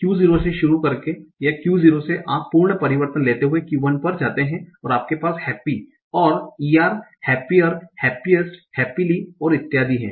Q0 से शुरू करके या Q0 से आप पूर्ण परिवर्तन लेते हुए Q1 पर जाते हैं और आपके पास happy और er - happier happiest happily और इत्यादि हैं